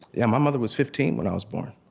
yeah, my mother was fifteen when i was born.